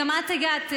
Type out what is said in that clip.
גם את הגעת,